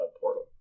portal